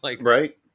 Right